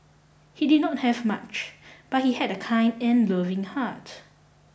he did not have much but he had a kind and loving heart